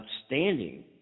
outstanding